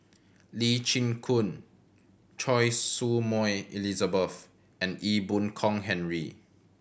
Lee Chin Koon Choy Su Moi Elizabeth and Ee Boon Kong Henry